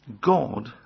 God